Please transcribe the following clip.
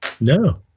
No